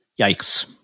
Yikes